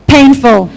Painful